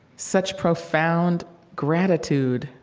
such profound gratitude,